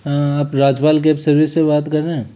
हाँ आप Rajpal cab service से बात कर रहे हैं